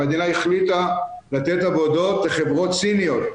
המדינה החליטה לתת עבודות לחברות סיניות.